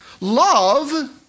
Love